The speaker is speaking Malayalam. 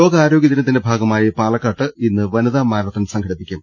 ലോകാരോഗ്യ ദിനത്തിന്റെ ഭാഗ്മായി പാലക്കാട്ട് ഇന്ന് വനിതാ മാരത്തൺ സംഘടിപ്പിക്കും